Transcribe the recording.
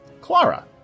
Clara